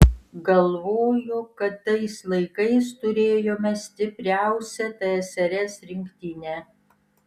galvoju kad tais laikais turėjome stipriausią tsrs rinktinę